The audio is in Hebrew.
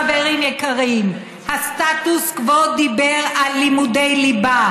חברים יקרים, הסטטוס קוו דיבר על לימודי ליבה,